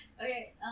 Okay